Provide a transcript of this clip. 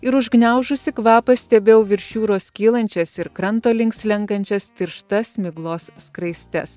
ir užgniaužusi kvapą stebėjau virš jūros kylančias ir kranto link slenkančias tirštas miglos skraistes